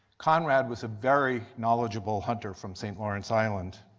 conrad was a very knowledgeable hunter from st. lawrence island.